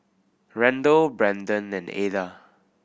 Randle Branden and Ada